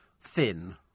thin